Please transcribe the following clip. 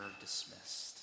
dismissed